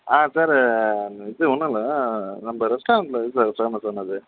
ஆ sir இது ஒன்னுல்ல நம்ப ரெஸ்ட்டாரெண்ட்டில எது சார் ஃபேமஸ்ஸானது